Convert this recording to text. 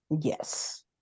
Yes